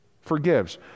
forgives